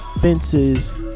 fences